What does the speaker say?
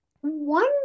One